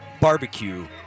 barbecue